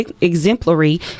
Exemplary